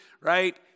right